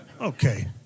Okay